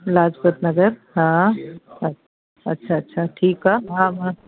लाजपत नगर हा अछा अछा ठीकु आहे हा हा